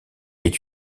est